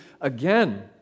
again